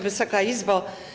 Wysoka Izbo!